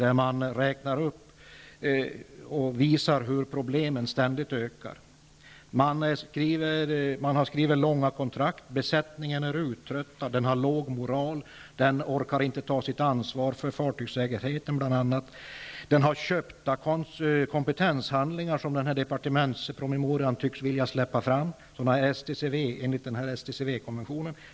I den visas på hur problemen ständigt ökar. De kontrakt som skrivs är långa. Besättningen är uttröttad och har låg moral. Den orkar inte ta sitt ansvar bl.a. för fartygssäkerheten. Besättningen har köpta kompetenshandlingar, något som man enligt departementspromemorian tycks vilja släppa fram i enlighet med STCV-konventionen.